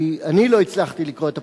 כי אני לא הצלחתי לקרוא את הפרטים.